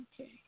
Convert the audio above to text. Okay